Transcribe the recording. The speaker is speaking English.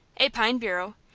a pine bureau,